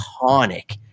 iconic